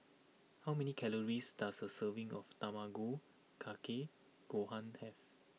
how many calories does a serving of Tamago Kake Gohan have